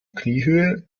kniehöhe